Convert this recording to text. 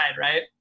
right